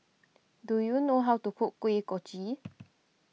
do you know how to cook Kuih Kochi